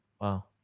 Wow